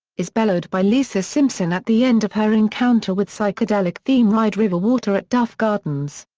is bellowed by lisa simpson at the end of her encounter with psychedelic theme-ride river water at duff gardens.